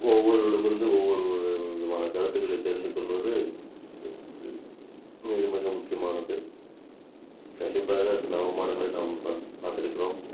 ஒவ்வொருவரிடம் இருந்து ஒவ்வொரு விதமான கருத்துக்களை தெரிந்து கொள்வது மிக மிக முக்கியமானது கண்டிப்பாக சில அவமானங்களை நாம் பன் பார்த்திருக்குறோம்